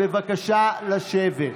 בבקשה לשבת.